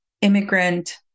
immigrant